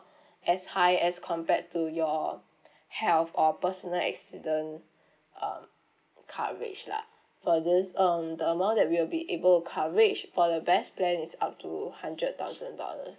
as high as compared to your health or personal accident um coverage lah for this um the amount that we will be able to coverage for the best plan is up to hundred thousand dollars